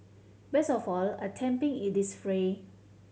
best of all attempting it is free